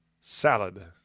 Salad